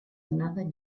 another